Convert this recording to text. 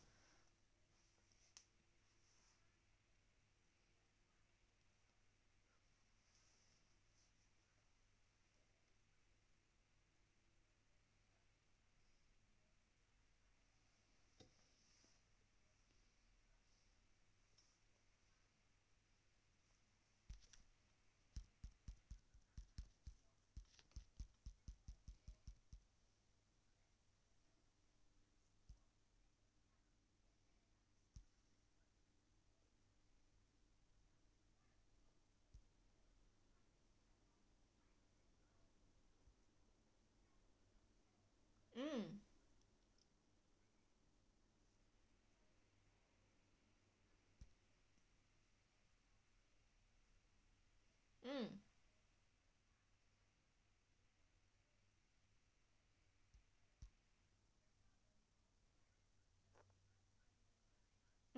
mm mm